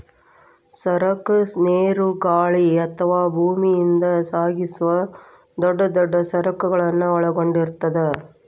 ಸರಕ ನೇರು ಗಾಳಿ ಅಥವಾ ಭೂಮಿಯಿಂದ ಸಾಗಿಸುವ ದೊಡ್ ದೊಡ್ ಸರಕುಗಳನ್ನ ಒಳಗೊಂಡಿರ್ತದ